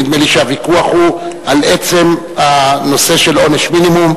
נדמה לי שהוויכוח הוא על עצם הנושא של עונש מינימום,